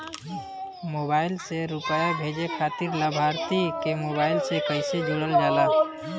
Mobile से रूपया भेजे खातिर लाभार्थी के मोबाइल मे कईसे जोड़ल जाला?